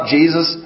Jesus